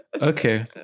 Okay